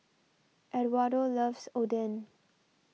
Edwardo loves Oden